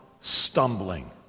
stumbling